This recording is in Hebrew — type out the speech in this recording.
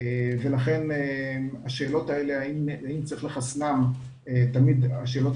ולכן השאלות האלה האם צריך לחסנם עולות,